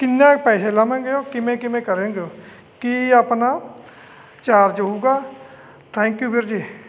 ਕਿੰਨਾ ਪੈਸੇ ਲਵੋਂਗੇ ਕਿਵੇਂ ਕਿਵੇਂ ਕਰੋਂਗੇ ਕੀ ਆਪਣਾ ਚਾਰਜ ਹੋਊਗਾ ਥੈਂਕ ਯੂ ਵੀਰ ਜੀ